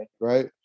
right